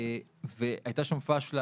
והייתה אצלו פשלה,